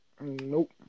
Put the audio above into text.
Nope